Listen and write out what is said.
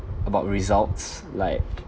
about results like